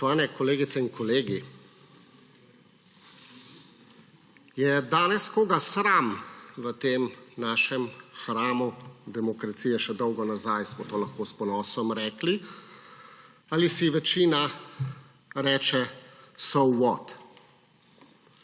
Spoštovane kolegice in kolegi. Je danes koga sram v tem našem hramu demokracije – še dolgo nazaj smo to lahko s ponosom rekli – ali si večina reče »so what«?